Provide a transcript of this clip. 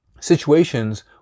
situations